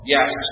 Yes